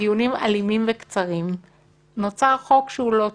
מדיונים אלימים וקצרים נוצר חוק שהוא לא טוב.